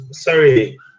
Sorry